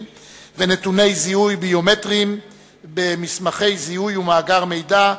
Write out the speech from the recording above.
ונתוני זיהוי ביומטריים במסמכי זיהוי ובמאגר מידע,